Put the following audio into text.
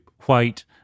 white